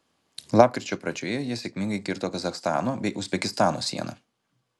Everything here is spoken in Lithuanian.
lapkričio pradžioje jie sėkmingai kirto kazachstano bei uzbekistano sieną